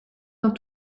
dans